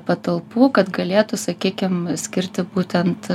patalpų kad galėtų sakykim skirti būtent